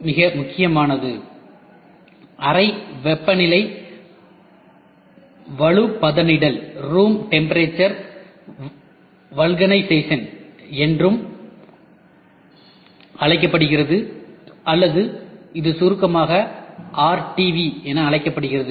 மிக முக்கியமானது அறை வெப்பநிலை வலுப்பதனீட்டல் என்றும் அழைக்கப்படுகிறது அல்லது இது சுருக்கமாக RTV என அழைக்கப்படுகிறது